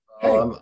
hey